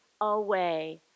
away